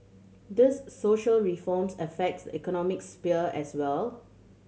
these social reforms affects the economic sphere as well